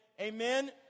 amen